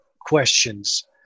questions